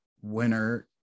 winner